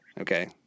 Okay